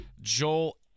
Joel